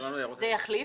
זה יחליף?